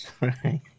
Right